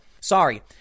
Sorry